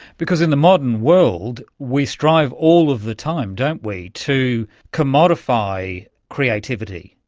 because in the modern world we strive all of the time, don't we, to comodify creativity,